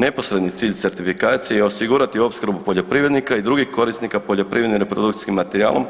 Neposredni cilj certifikacije je osigurati opskrbu poljoprivrednika i drugih korisnika poljoprivrednim reprodukcijskim materijalom